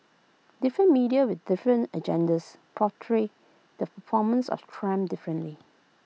different media with different agendas portray the performance of Trump differently